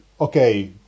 okay